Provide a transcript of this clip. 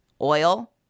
Oil